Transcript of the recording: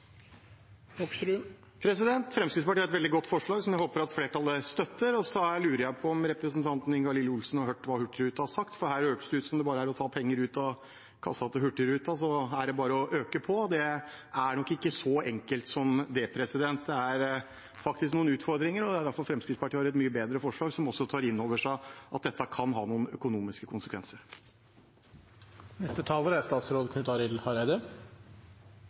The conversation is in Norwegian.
Fremskrittspartiet har et veldig godt forslag, som vi håper at flertallet støtter. Og så lurer jeg på om representanten Ingalill Olsen har hørt hva Hurtigruten har sagt, for her hørtes det ut som om det bare er å ta penger ut av kassen til Hurtigruten, og så er det bare å øke på. Det er nok ikke så enkelt som det. Det er faktisk noen utfordringer, og det er derfor Fremskrittspartiet har et mye bedre forslag, som også tar inn over seg at dette kan ha noen økonomiske